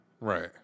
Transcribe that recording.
Right